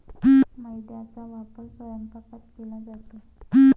मैद्याचा वापर स्वयंपाकात केला जातो